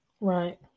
right